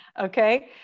okay